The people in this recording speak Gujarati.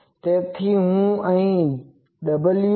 તેથી હું w →